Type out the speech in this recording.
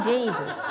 Jesus